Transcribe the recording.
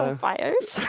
um fires.